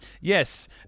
yes